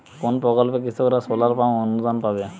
কোন প্রকল্পে কৃষকরা সোলার পাম্প অনুদান পাবে?